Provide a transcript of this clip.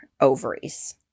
ovaries